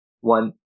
one